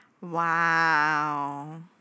wow